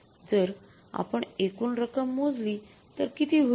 जर आपण एकूण रक्कम मोजली तर किती होईल